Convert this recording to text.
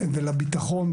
לביטחון,